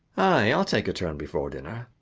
i'll take a turn before dinner.